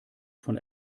von